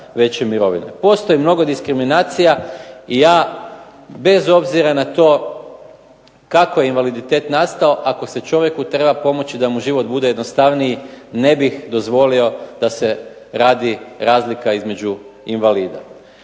veće mirovine. Postoji mnogo diskriminacija i ja bez obzira na to kako je invaliditet nastao ako se čovjeku treba pomoći da mu život bude jednostavniji ne bih dozvolio da se radi razlika između invalida.